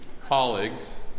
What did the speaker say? Colleagues